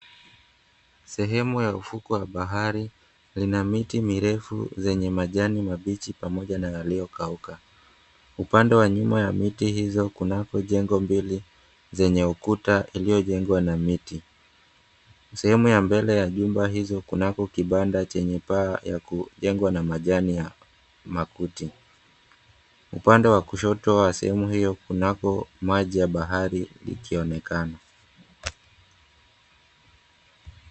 Sehemu ya ufukwe wa bahari, lina miti mirefu, zenye majani mabichi pamoja na yaliyokauka. Upande wa nyuma ya miti hizo, kunako jengo mbili zenye ukuta iliyojengwa na miti. Sehemu ya mbele ya jumba hizo, kunako kibanda chenye paa ya kujengwa na majani ya makuti. Upande wa kushoto wa sehemu hiyo kunako maji ya bahari ikionekana.